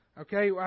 Okay